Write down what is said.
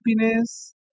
happiness